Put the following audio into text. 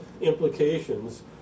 implications